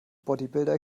bodybuilder